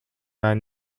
are